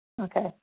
Okay